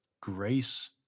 grace